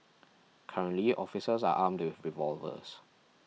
currently officers are armed with revolvers